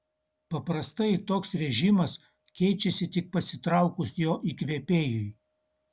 paprastai toks režimas keičiasi tik pasitraukus jo įkvėpėjui